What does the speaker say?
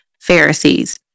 Pharisees